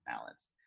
balance